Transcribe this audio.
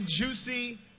juicy